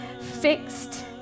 fixed